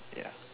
ya